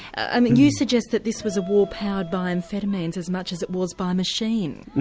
and you suggest that this was a war powered by amphetamines as much as it was by machine.